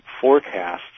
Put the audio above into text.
forecasts